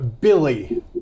Billy